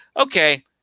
okay